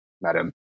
madam